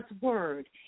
word